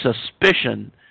suspicion